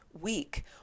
week